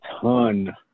ton –